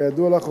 כידוע לך,